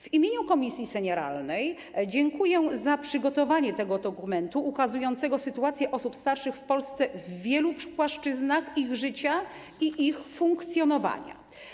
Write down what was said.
W imieniu Komisji Polityki Senioralnej dziękuję za przygotowanie tego dokumentu, ukazującego sytuację osób starszych w Polsce na wielu płaszczyznach ich życia i ich funkcjonowania.